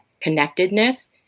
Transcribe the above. connectedness